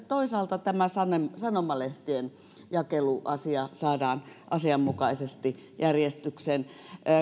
toisaalta tämä sanomalehtien jakeluasia saadaan asianmukaisesti järjestykseen